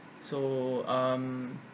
so um